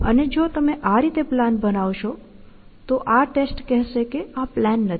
અને જો તમે આ રીતે પ્લાન બનાવશો તો આ ટેસ્ટ કહેશે કે આ પ્લાન નથી